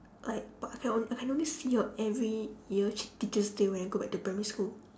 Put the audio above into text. like but I can o~ I can only see her every year chi~ teachers' day when I go back to primary school